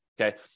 Okay